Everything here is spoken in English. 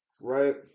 Right